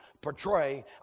portray